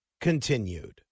continued